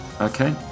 Okay